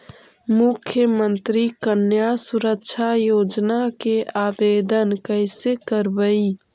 मुख्यमंत्री कन्या सुरक्षा योजना के आवेदन कैसे करबइ?